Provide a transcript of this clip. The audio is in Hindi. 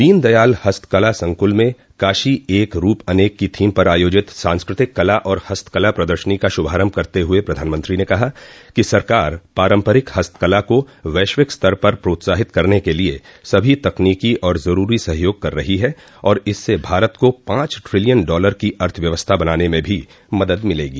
दीनदयाल हस्तकला संकल में काशी एक रूप अनेक की थीम पर आयोजित सांस्कृतिक कला और हस्तकला प्रदर्शनी का शुभारम्भ करते हुए प्रधानमंत्री ने कहा कि सरकार पारम्परिक हस्तकला को वैश्विक स्तर पर प्रोत्साहित करने के लिए सभी तकनीकी और जरूरी सहयोग कर रही है और इससे भारत को पांच ट्रिलियन डॉलर की अर्थव्यवस्था बनाने में भी मदद मिलेगी